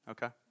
Okay